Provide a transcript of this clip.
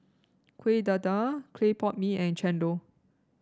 Kueh Dadar Clay Pot Mee and Chendol